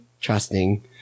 trusting